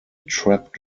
trap